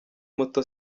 muto